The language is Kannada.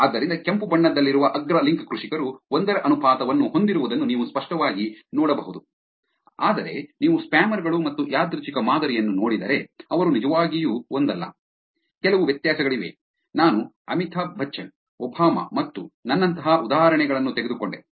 ಆದ್ದರಿಂದ ಕೆಂಪು ಬಣ್ಣದಲ್ಲಿರುವ ಅಗ್ರ ಲಿಂಕ್ ಕೃಷಿಕರು ಒಂದರ ಅನುಪಾತವನ್ನು ಹೊಂದಿರುವುದನ್ನು ನೀವು ಸ್ಪಷ್ಟವಾಗಿ ನೋಡಬಹುದು ಆದರೆ ನೀವು ಸ್ಪ್ಯಾಮರ್ ಗಳು ಮತ್ತು ಯಾದೃಚ್ಛಿಕ ಮಾದರಿಯನ್ನು ನೋಡಿದರೆ ಅವರು ನಿಜವಾಗಿಯೂ ಒಂದಲ್ಲ ಕೆಲವು ವ್ಯತ್ಯಾಸಗಳಿವೆ ನಾನು ಅಮಿತಾಭ್ ಬಚ್ಚನ್ ಒಬಾಮಾ ಮತ್ತು ನನ್ನಂತಹ ಉದಾಹರಣೆಗಳನ್ನು ತೆಗೆದುಕೊಂಡೆ